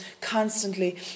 constantly